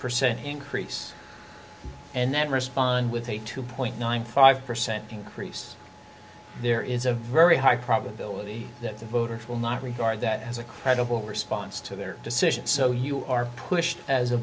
percent increase and then respond with a two point nine five percent increase there is a very high probability that the voters will not regard that as a credible response to their decisions so you are pushed as a